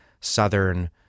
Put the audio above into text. southern